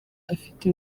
afite